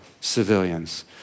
civilians